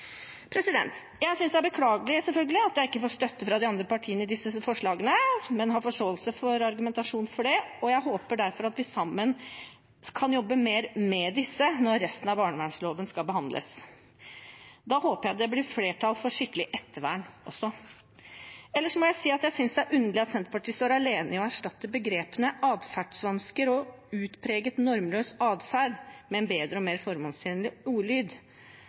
Jeg synes selvfølgelig det er beklagelig at jeg ikke får støtte fra de andre partiene til disse forslagene, men jeg har forståelse for argumentasjonen for det og håper derfor at vi sammen kan jobbe mer med disse når resten av barnevernsloven skal behandles. Da håper jeg det også blir flertall for skikkelig ettervern. Ellers må jeg si jeg synes det er underlig at Senterpartiet er alene om å ville erstatte begrepene «atferdsvansker» og «utpreget normløs atferd» med en bedre og mer formålstjenlig ordlyd.